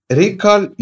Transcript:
recall